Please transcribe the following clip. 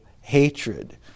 hatred